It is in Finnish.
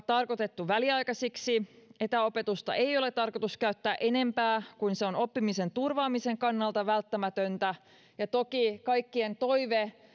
tarkoitettu väliaikaisiksi etäopetusta ei ole tarkoitus käyttää enempää kuin se on oppimisen turvaamisen kannalta välttämätöntä ja toki kaikkien toive